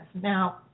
Now